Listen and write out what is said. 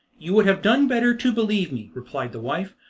you would have done better to believe me, replied the wife.